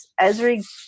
Ezri